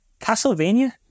Castlevania